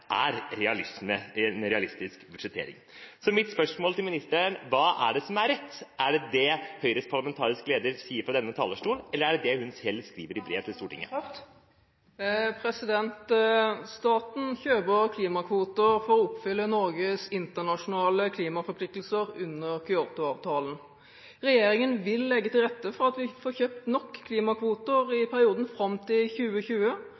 at dette er en realistisk budsjettering. Så mitt spørsmål til ministeren er: Hva er det som er rett? Er det det Høyres parlamentariske leder sier fra denne talerstolen, eller er det det hun skriver i sitt brev til Stortinget? Staten kjøper klimakvoter for å oppfylle Norges internasjonale klimaforpliktelser i Kyoto-avtalen. Regjeringen vil legge til rette for at vi får kjøpt nok klimakvoter i perioden fram til 2020,